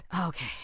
Okay